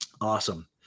awesome